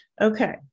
Okay